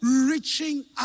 reaching